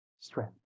strength